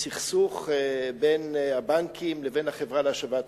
הסכסוך בין הבנקים לבין החברה להשבת רכוש,